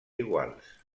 iguals